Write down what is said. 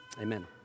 Amen